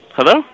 Hello